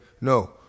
no